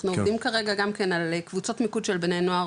אנחנו עובדים כרגע גם כן על קבוצות מיקוד של בני נוער,